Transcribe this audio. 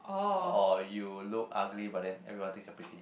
or you look ugly but then everyone thinks you're pretty